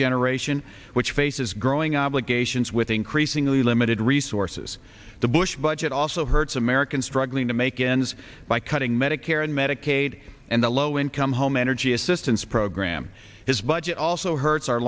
generation which faces growing obligations with increasingly limited resources the bush budget also hurts americans struggling to make ends by cutting medicare and medicaid and the low income home energy assistance program his budget also hurts our